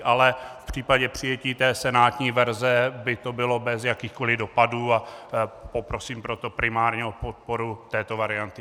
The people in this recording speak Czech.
Ale v případě přijetí té senátní verze by to bylo bez jakýchkoliv dopadů, a poprosím proto primárně o podporu této varianty.